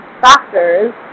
factors